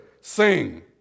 sing